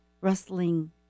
rustling